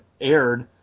aired